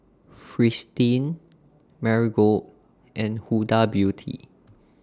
Fristine Marigold and Huda Beauty